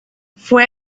fue